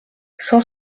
cent